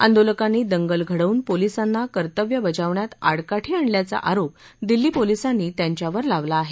आंदोलकांनी दंगल घडवून पोलिसांना कर्तव्य बजावण्यात आडकाठी आणल्याचा आरोप दिल्ली पोलिसांनी त्यांच्यावर लावला आहे